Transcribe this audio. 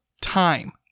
time